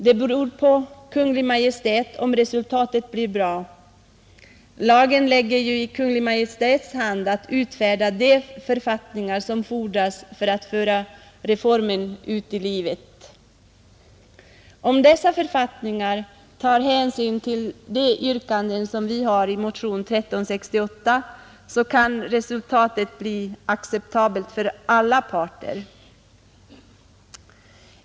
Det beror på Kungl. Maj:t om slutresultatet blir bra. Lagen lägger i Kungl. Maj:ts hand att utfärda de författningar som fordras för att föra reformen ut i livet. Om man vid utformningen av dessa författningar tar hänsyn till våra yrkanden i motionen 1368 kan resultatet bli acceptabelt för alla parter.